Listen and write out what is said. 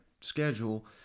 schedule